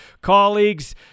colleagues